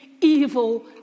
evil